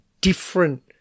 different